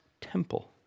temple